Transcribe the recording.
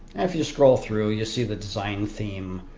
if you scroll through you see the design theme